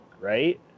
right